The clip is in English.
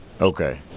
Okay